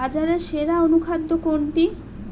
বাজারে সেরা অনুখাদ্য কোনটি?